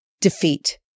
defeat